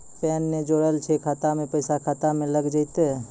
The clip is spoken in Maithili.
पैन ने जोड़लऽ छै खाता मे पैसा खाता मे लग जयतै?